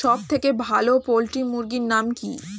সবথেকে ভালো পোল্ট্রি মুরগির নাম কি?